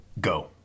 go